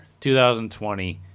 2020